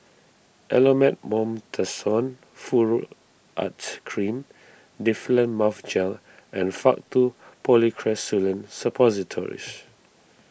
Elomet Mometasone Furoate Cream Difflam Mouth Gel and Faktu Policresulen Suppositories